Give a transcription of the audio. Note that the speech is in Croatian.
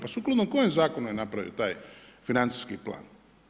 Pa sukladno kojem zakonu je napravljen taj financijski plan.